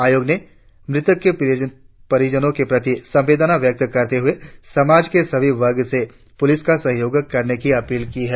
आयोग ने मृतक के परिजनों के प्रति संवेदना व्यक्त करते हुए समाज के सभी वर्ग से पुलिस का सहयोग करने की अपील की है